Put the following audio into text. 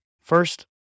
First